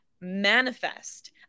manifest